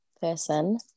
person